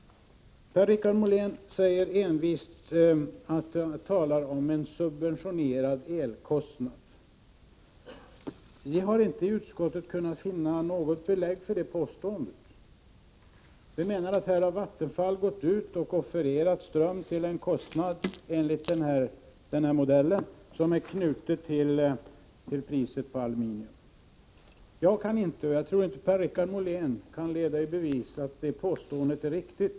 Per-Richard Molén talar enträget om en subventionerad elkostnad. Vi har inte i utskottet kunnat finna något belägg för det påståendet. Vattenfall har offererat ström till en kostnad som, enligt den här modellen, är knuten till priset på aluminium. Jag kan inte — och jag tror inte att Per-Richard Molén heller kan det — leda i bevis att det påståendet är riktigt.